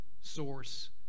source